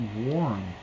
warm